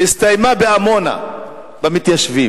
הסתיימה בעמונה במתיישבים.